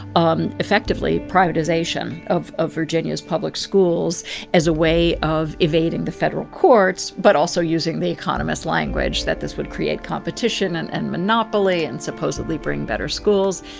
um effectively, privatization of of virginia's public schools as a way of evading the federal courts, but also using the economist's language that this would create competition and end and monopoly and supposedly bring better schools.